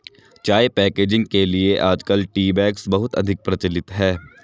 चाय पैकेजिंग के लिए आजकल टी बैग्स बहुत अधिक प्रचलित है